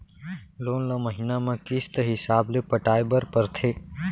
loan ल महिना म किस्त हिसाब ले पटाए बर परथे